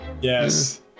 Yes